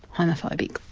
homophobic,